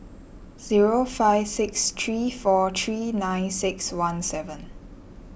zero five six three four three nine six one seven